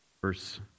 Verse